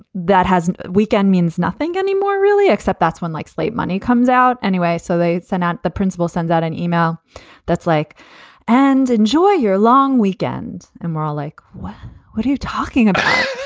that hasn't weekend means nothing anymore, really. except that's one likes late money comes out anyway. so they send out the principal sends out an email that's like and enjoy your long weekend and morale. like what. what are you talking about.